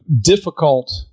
difficult